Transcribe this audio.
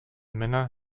männer